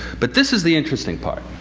but this is the interesting part.